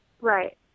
Right